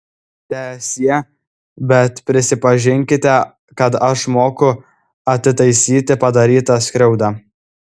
teesie bet prisipažinkite kad aš moku atitaisyti padarytą skriaudą